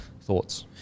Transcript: Thoughts